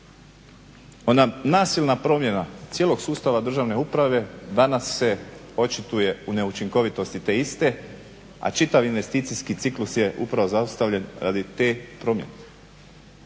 Ona nasilna promjena cijelog sustava državne uprave danas se očituje u neučinkovitosti te iste, a čitav investicijski ciklus je upravo zaustavljen radi te promjene.